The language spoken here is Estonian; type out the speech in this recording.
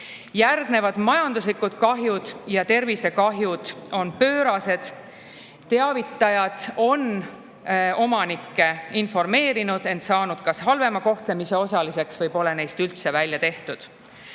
Järgnevad majanduslikud kahjud ja tervisekahjud on pöörased. Teavitajad on omanikke informeerinud, ent saanud kas halvema kohtlemise osaliseks või pole neist üldse välja tehtud.